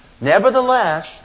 Nevertheless